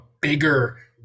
bigger